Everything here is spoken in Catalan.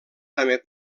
també